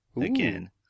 again